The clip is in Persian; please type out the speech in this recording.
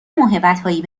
موهبتهایی